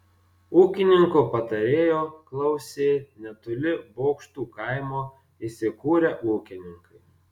ūkininko patarėjo klausė netoli bokštų kaimo įsikūrę ūkininkai